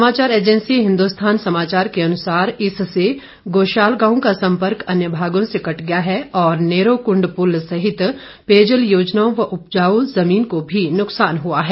समाचार एजेंसी हिंदुस्थान समाचार के अनुसार इससे गोशाल गांव का संपर्क अन्य भागों से कट गया है और नेरोकृंड पुल सहित पेयजल योजनाओं व उपजाउ जमीन को भी नुकसान हुआ है